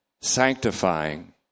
sanctifying